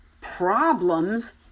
problems